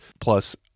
Plus